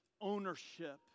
ownership